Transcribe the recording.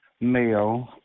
male